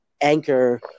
Anchor